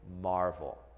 marvel